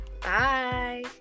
Bye